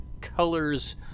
colors